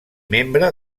membre